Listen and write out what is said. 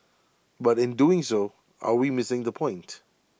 but in doing so are we missing the point